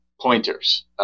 pointers